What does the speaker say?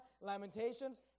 Lamentations